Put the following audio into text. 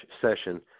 session